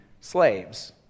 slaves